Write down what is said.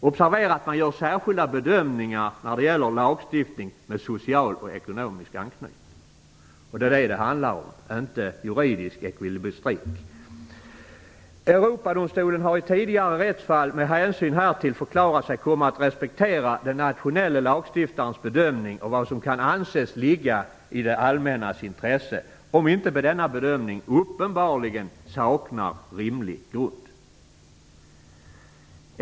Observera att man gör särskilda bedömningar när det gäller lagstiftning med social och ekonomisk anknytning. Och det är vad det handlar om, inte juridisk ekvilibristik. Europadomstolen har i tidigare rättsfall med hänsyn härtill förklarat sig komma att respektera den nationella lagstiftarens bedömning av vad som kan anses ligga i det allmännas intresse, om inte denna bedömning uppenbarligen saknar rimlig grund.